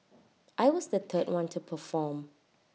I was the third one to perform